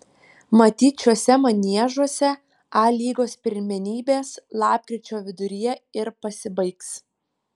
matyt šiuose maniežuose a lygos pirmenybės lapkričio viduryje ir pasibaigs